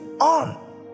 on